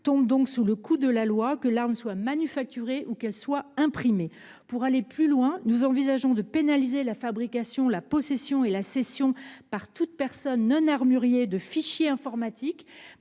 tombe donc sous le coup de la loi, que l’arme soit manufacturée ou fabriquée à l’aide d’une imprimante 3D. Pour aller plus loin, nous envisageons de pénaliser la fabrication, la possession et la cession par toute personne non armurier de fichiers informatiques